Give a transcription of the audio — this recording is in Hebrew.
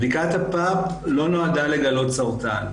בדיקת הפאפ לא נועדה לגלות סרטן,